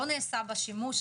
לא נעשה בה שימוש,